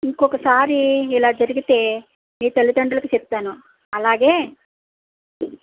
ఇంకొకసారి ఇలా జరిగితే నీ తల్లిదండ్రులకి చెప్తాను అలాగే